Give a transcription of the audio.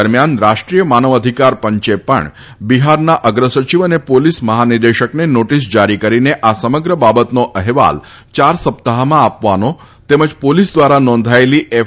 દરમ્યાન રાષ્ટ્રીય માનવ અધિકાર પંચે પણ બિહારના અગ્રસચિવ અને પોલીસ મહાનિદેશકને નોટિસ જારી કરીને આ સમગ્ર બાબતનો અહેવાલ યાર સપ્તાહમાં આપવાનો તેમજ પોલીસ દ્વારા નોંધાયેલી એફ